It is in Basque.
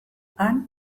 han